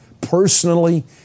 personally